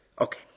Okay